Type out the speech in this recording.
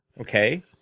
Okay